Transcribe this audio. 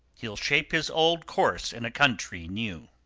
he'll shape his old course in a country new.